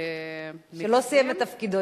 שלא סיים את תפקידו,